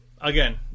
again